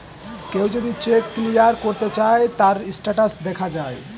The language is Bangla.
কেউ যদি চেক ক্লিয়ার করতে চায়, তার স্টেটাস দেখা যায়